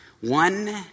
One